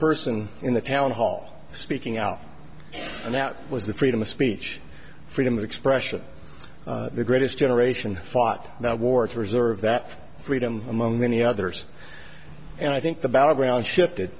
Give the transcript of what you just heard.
person in the town hall speaking out and that was the freedom of speech freedom of expression the greatest generation fought that war to reserve that freedom among many others and i think the battleground shifted